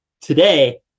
today